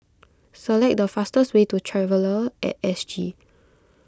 select the fastest way to Traveller at S G